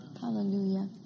Hallelujah